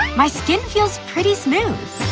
my skin feels pretty smooth.